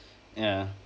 ya